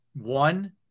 One